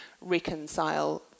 reconcile